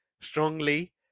strongly